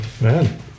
Man